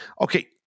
Okay